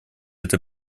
это